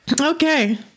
Okay